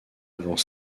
avant